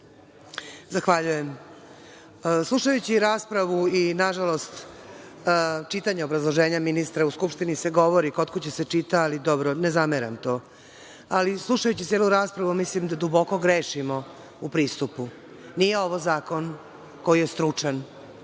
Zahvaljujem. Slušajući raspravu i, nažalost, čitanje obrazloženja ministra, u Skupštini se govori, kod kuće se čita, ali dobro, ne zameram to. Ali, slušajući celu raspravu, mislim da duboko grešimo u pristupu. Nije ovo zakon koji je stručan.